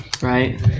right